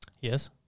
Yes